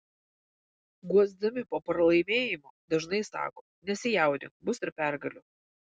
guosdami po pralaimėjimo dažnai sako nesijaudink bus ir pergalių